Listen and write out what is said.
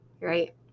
right